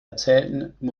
erzählten